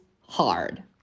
hard